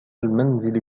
المنزل